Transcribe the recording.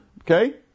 okay